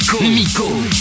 Miko